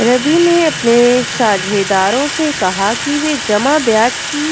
रवि ने अपने साझेदारों से कहा कि वे जमा ब्याज की